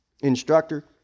instructor